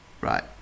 right